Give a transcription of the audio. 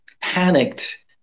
panicked